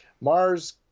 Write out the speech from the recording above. Mars